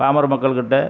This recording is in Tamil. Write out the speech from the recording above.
பாமர மக்கள்கிட்டே